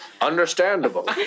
understandable